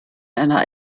einer